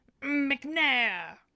McNair